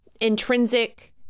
intrinsic